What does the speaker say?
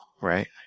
right